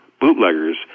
bootleggers